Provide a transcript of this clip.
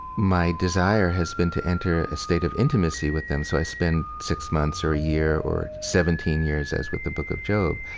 my desire has been to enter a state of intimacy with them, so i spend six months or a year or seventeen years, as with the book of job.